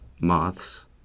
moths